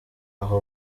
aho